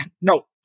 No